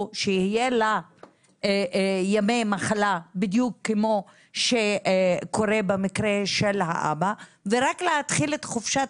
או שיהיו לה ימי מחלה בדיוק כמו שקורה במקרה של האבא ורק להתחיל את חופשת